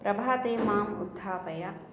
प्रभाते माम् उत्थापय